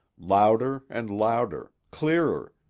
louder and louder, clearer,